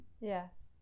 yes